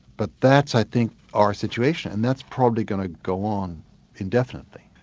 but that's i think our situation, and that's probably going to go on indefinitely.